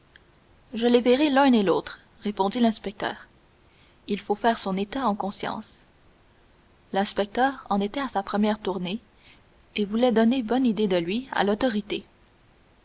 je les verrai l'un et l'autre répondit l'inspecteur il faut faire son état en conscience l'inspecteur en était à sa première tournée et voulait donner bonne idée de lui à l'autorité